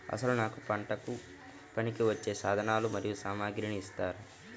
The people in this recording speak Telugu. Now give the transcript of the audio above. అసలు నాకు పంటకు పనికివచ్చే సాధనాలు మరియు సామగ్రిని ఇస్తారా?